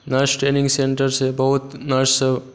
nurse training सेन्टरसँ बहुत नर्ससब